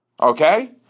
Okay